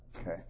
Okay